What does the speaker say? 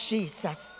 Jesus